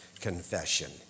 confession